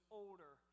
older